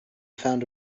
found